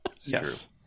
Yes